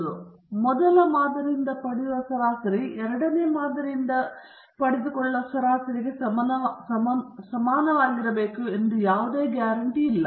ಮತ್ತು ನೀವು ಮೊದಲ ಮಾದರಿಯಿಂದ ಪಡೆಯುವ ಸರಾಸರಿ ನೀವು ಎರಡನೇ ಮಾದರಿಯಿಂದ ತೆಗೆದುಕೊಳ್ಳುವ ಸರಾಸರಿಗೆ ಸಮಾನವಾಗಿರಬೇಕು ಎಂದು ಯಾವುದೇ ಗ್ಯಾರಂಟಿ ಇಲ್ಲ